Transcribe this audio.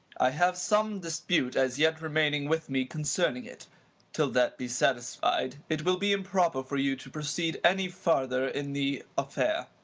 i have some dispute as yet remaining with me concerning it till that be satisfied, it will be improper for you to proceed any farther in the affair.